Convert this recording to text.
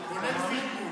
אני נשארתי